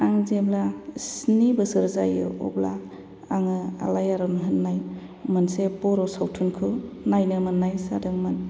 आं जेब्ला स्नि बोसोर जायो अब्ला आङो आलायारन होननाय मोनसे बर' सावथुनखौ नायनो मोननाय जादोंमोन